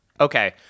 Okay